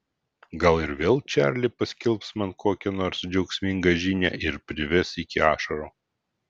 gal ir vėl čarli paskelbs man kokią nors džiaugsmingą žinią ir prives iki ašarų